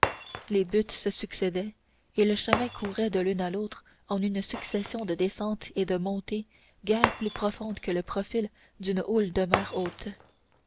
les buttes se succédaient et le chemin courait de l'une à l'autre en une succession de descentes et de montées guère plus profondes que le profil d'une houle de mer haute